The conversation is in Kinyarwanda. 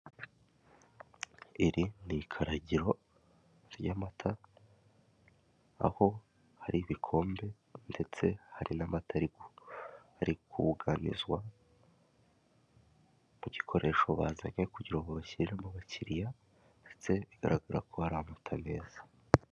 Iri nikaragiro ry'amata aho hari ibikombe ndetse hari n'amata ari kubuganizwa mu gikoresho bazanye kugirango bashyirare mo abakiriya ndetse bigaragara ko hari amata meza.